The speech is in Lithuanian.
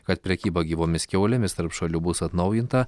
kad prekyba gyvomis kiaulėmis tarp šalių bus atnaujinta